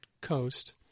Coast